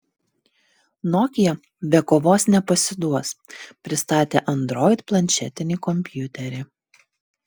nokia be kovos nepasiduos pristatė android planšetinį kompiuterį